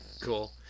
Cool